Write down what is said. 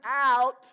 out